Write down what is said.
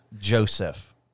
Joseph